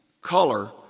color